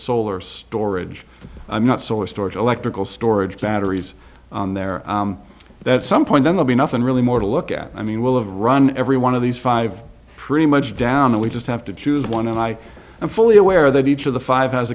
solar storage i'm not solar storage electrical storage batteries there that's some point then will be nothing really more to look at i mean we'll have run every one of these five pretty much down and we just have to choose one and i am fully aware that each of the five has